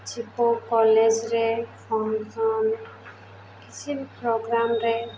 କିଛି କଲେଜ୍ରେ ଫଙ୍କସନ୍ କିଛି ବି ପ୍ରୋଗ୍ରାମରେ